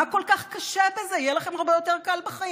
מה כל כך קשה בזה, יהיה לכם הרבה יותר קל בחיים.